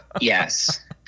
Yes